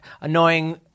annoying